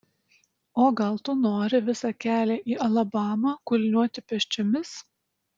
o gal tu nori visą kelią į alabamą kulniuoti pėsčiomis